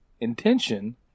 intention